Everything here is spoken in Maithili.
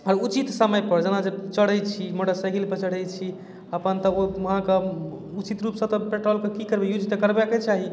आओर उचित समयपर जेना जे चढ़ै छी मोटरसाइकिलपर चढ़ै छी अपन तऽ ओ अहाँके उचित रूपसँ तऽ पेट्रोलपर की करबै यूज तऽ करबाके चाही